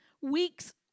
weeks